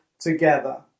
together